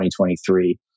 2023